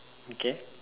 okay